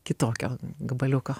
kitokio gabaliuko